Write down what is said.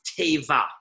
teva